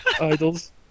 idols